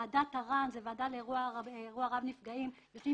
ועדת אר"ן (ועדה לאירוע רב נפגעים) שיושבים